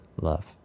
love